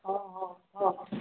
ହଁ ହଁ ହଁ